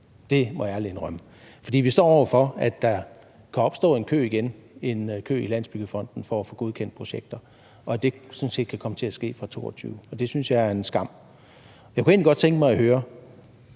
Det må jeg ærligt indrømme. For vi står over for, at der igen kan opstå en kø i Landsbyggefonden til at få godkendt projekter, og at det sådan set kan komme til at ske fra 2022, og det synes jeg er en skam. Jeg kunne egentlig godt tænke mig at høre